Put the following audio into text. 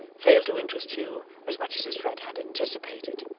failed to interest hugh as much as his friend had anticipated.